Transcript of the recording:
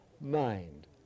mind